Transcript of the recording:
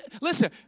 Listen